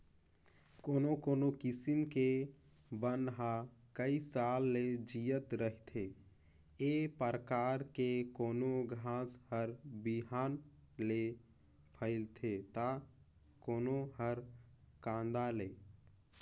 कोनो कोनो किसम के बन ह कइ साल ले जियत रहिथे, ए परकार के कोनो घास हर बिहन ले फइलथे त कोनो हर कांदा ले